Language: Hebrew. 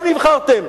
עכשיו נבחרתם,